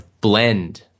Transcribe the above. blend